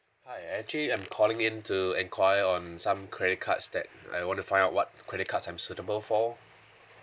hi actually I'm calling in to enquire on some credit cards that I wanna find out what credit cards I'm suitable for